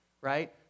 right